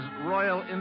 Royal